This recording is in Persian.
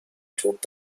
توپ